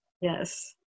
Yes